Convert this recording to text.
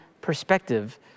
perspective